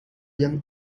young